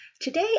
Today